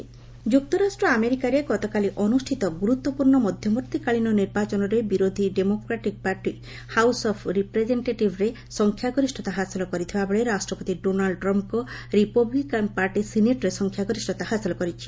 US poll ଯୁକ୍ତରାଷ୍ଟ୍ର ଆମେରିକାରେ ଗତକାଲି ଅନୁଷ୍ଠିତ ଗୁରୁତ୍ୱପୂର୍ଣ୍ଣ ମଧ୍ୟବର୍ତ୍ତୀ କାଳୀନ ନିର୍ବାଚନରେ ବିରୋଧ୍ ଡେମୋକ୍ରାଟିକ୍ ପାର୍ଟି ହାଉସ୍ ଅଫ୍ ରିପ୍ରେଜେକ୍ଷେଟିଭ୍ରେ ସଂଖ୍ୟାଗରିଷତା ହାସଲ କରିଥିବାବେଳେ ରାଷ୍ଟ୍ରପତି ଡୋନାଲ୍ଡ୍ ଟ୍ରମ୍ପ୍ଙ୍କ ରିପବ୍ଲିକାନ୍ ପାର୍ଟି ସିନେଟ୍ରେ ସଂଖ୍ୟାଗରିଷ୍ଠତା ହାସଲ କରିଛି